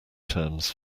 terms